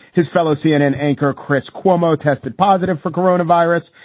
his fellow cnn anchor, chris cuomo, tested positive for corona virus.